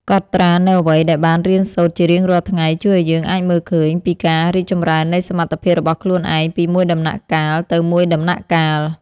កត់ត្រានូវអ្វីដែលបានរៀនសូត្រជារៀងរាល់ថ្ងៃជួយឱ្យយើងអាចមើលឃើញពីការរីកចម្រើននៃសមត្ថភាពរបស់ខ្លួនឯងពីមួយដំណាក់កាលទៅមួយដំណាក់កាល។